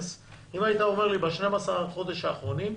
אם היית אומר לי: ב-12 החודשים האחרונים.